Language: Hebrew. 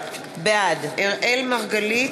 בעד אראל מרגלית,